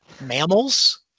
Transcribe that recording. mammals